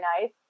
nice